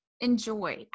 enjoy